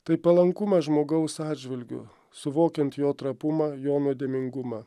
tai palankumas žmogaus atžvilgiu suvokiant jo trapumą jo nuodėmingumą